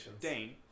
Dane